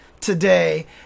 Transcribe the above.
today